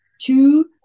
two